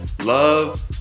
Love